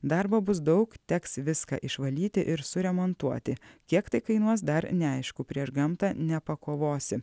darbo bus daug teks viską išvalyti ir suremontuoti kiek tai kainuos dar neaišku prieš gamtą nepakovosi